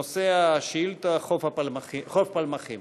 נושא השאילתה: חוף פלמחים.